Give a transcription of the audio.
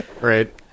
right